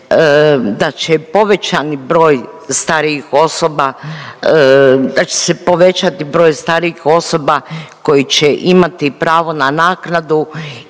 da će se povećati broj starijih osoba koji će imati pravo na naknadu